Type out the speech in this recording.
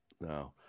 No